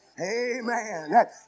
Amen